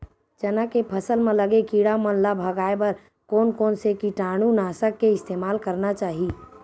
चना के फसल म लगे किड़ा मन ला भगाये बर कोन कोन से कीटानु नाशक के इस्तेमाल करना चाहि?